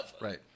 Right